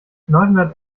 neunhundert